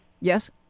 Yes